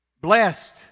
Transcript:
Blessed